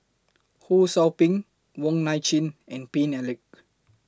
Ho SOU Ping Wong Nai Chin and Paine Eric